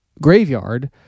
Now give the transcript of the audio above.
Graveyard